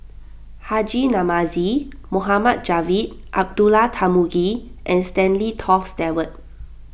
Haji Namazie Mohd Javad Abdullah Tarmugi and Stanley Toft Stewart